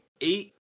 eight